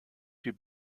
wie